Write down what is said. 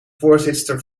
voorzitster